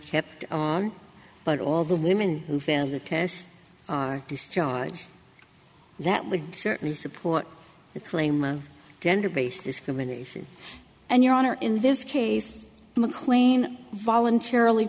kept on but all the women who failed the test are discharged that would certainly support the claim of gender based discrimination and your honor in this case mclean voluntarily